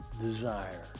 desire